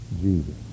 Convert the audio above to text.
Jesus